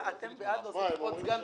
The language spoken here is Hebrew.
אבל אנחנו מחריגים אותה פה בחוק,